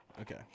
Okay